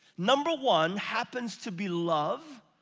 number one happens to be love.